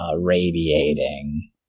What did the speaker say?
radiating